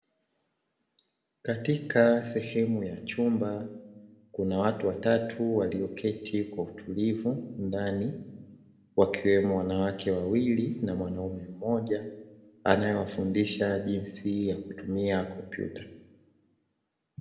Katika sehemu ya chumba kuna watu watatu walioketi kwa utulivu ndani, wakiwemo wanawake wawili na mwanaume mmoja anayewafundisha jinsi ya kutumia kompyuta.